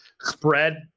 spread –